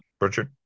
richard